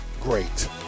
great